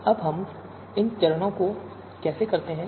अब हम इन चरणों को कैसे करते हैं